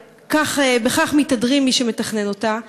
שבכך מתהדרים מי שמתכנן אותם,